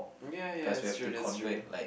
mm ya ya that's true that's true